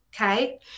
Okay